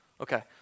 Okay